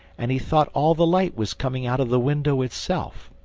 and he thought all the light was coming out of the window itself,